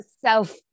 self